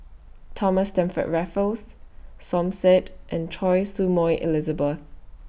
Thomas Stamford Raffles Som Said and Choy Su Moi Elizabeth